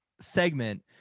segment